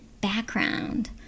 background